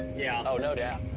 yeah. oh, no doubt.